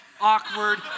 awkward